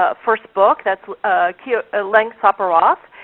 ah first book that's ah leng sopharath.